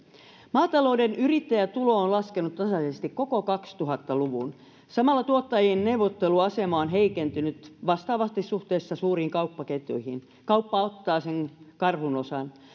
maatalouden yrittäjätulo on laskenut tasaisesti koko kaksituhatta luvun samalla tuottajien neuvotteluasema on heikentynyt vastaavasti suhteessa suuriin kauppaketjuihin kauppa ottaa sen karhunosan